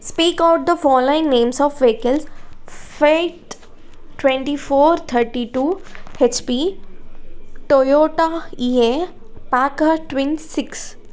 speak out the following names of vehicles Fiat twenty four thirty tow H P Toyota E A packard twin six